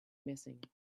missing